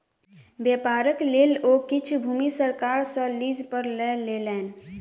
व्यापारक लेल ओ किछ भूमि सरकार सॅ लीज पर लय लेलैन